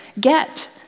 get